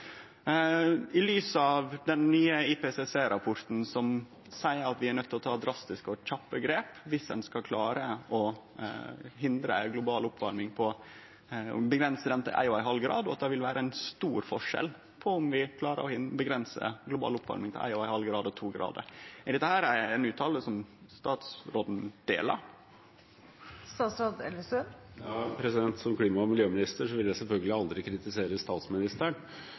I lys av den nye IPCC-rapporten, som seier at vi er nøydde til å ta drastiske og kjappe grep viss ein skal klare å hindre ei global oppvarming og avgrense ho til 1,5 grader, og at det vil vere ein stor forskjell på om vi klarer å avgrense global oppvarming til 1,5 grader eller til 2 grader – er dette ein uttale som statsråden er einig i? Som klima- og miljøminister vil jeg selvfølgelig aldri kritisere statsministeren.